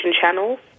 channels